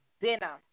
dinner